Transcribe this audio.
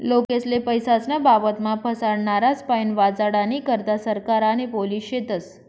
लोकेस्ले पैसास्नं बाबतमा फसाडनारास्पाईन वाचाडानी करता सरकार आणि पोलिस शेतस